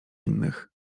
innych